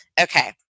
Okay